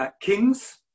Kings